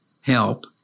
help